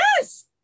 Yes